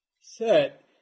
set